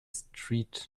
street